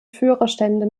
führerstände